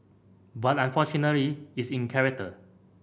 but unfortunately is in character